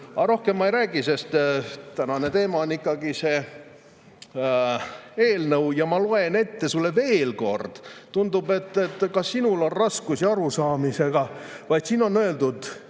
Rohkem ma ei räägi, sest tänane teema on ikkagi see eelnõu. Ma loen sulle veel kord ette – tundub, et ka sinul on raskusi arusaamisega –, mis siin on öeldud.